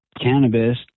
cannabis